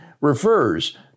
refers